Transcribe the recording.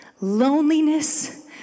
loneliness